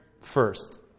first